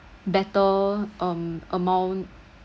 better um amount